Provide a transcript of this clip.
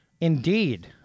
Indeed